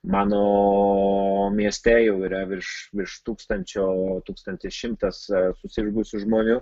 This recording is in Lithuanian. mano mieste jau yra virš virš tūkstančio tūkstantis šimtas susirgusių žmonių